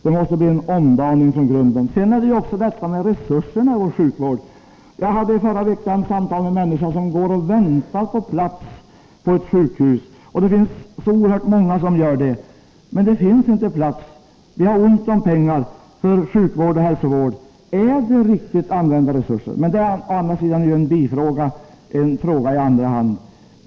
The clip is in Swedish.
Det måste bli en omdaning från grunden. Sedan är det också detta med resurserna för vår sjukvård. Jag hade förra veckan samtal med en människa som går och väntar på att få en plats på ett sjukhus. Oerhört många gör det. Men det finns inte plats. Vi har ont om pengar för sjukvård och hälsovård. Är det då riktigt använda resurser? Detta är å andra sidan en bifråga, en fråga i andra hand.